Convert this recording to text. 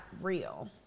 real